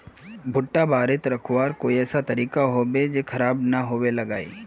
भुट्टा बारित रखवार कोई ऐसा तरीका होबे की खराब नि होबे लगाई?